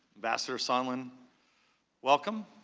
ambassador sondland welcome.